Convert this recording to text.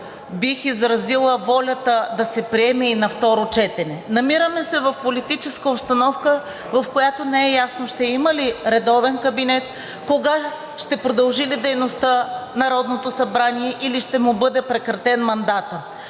бих изразила волята да се приеме и на второ четене. Намираме се в политическа обстановка, в която не е ясно ще има ли редовен кабинет, кога, ще продължи ли дейността Народното събрание, или ще му бъде прекратен мандатът.